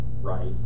right